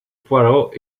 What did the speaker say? poirot